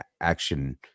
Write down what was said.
action